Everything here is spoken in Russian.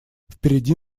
впереди